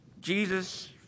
Jesus